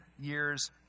years